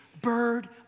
bird